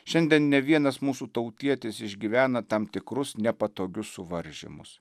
šiandien ne vienas mūsų tautietis išgyvena tam tikrus nepatogius suvaržymus